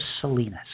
Salinas